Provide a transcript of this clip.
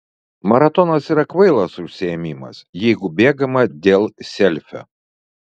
maratonas yra kvailas užsiėmimas jeigu bėgama dėl selfio